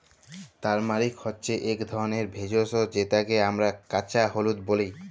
turmeric হছে ইক ধরলের ভেষজ যেটকে আমরা কাঁচা হলুদ ব্যলি